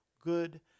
good